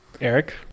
Eric